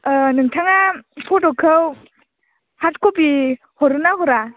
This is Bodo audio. नोंथाङा फट'खौ हार्ड क'पि हरो ना हरा